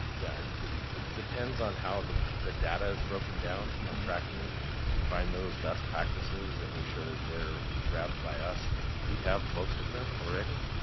yeah and depends on how the the data is broken down on tracking to find those best practices and make sure that they are grabbed by us we have most of them already.